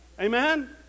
Amen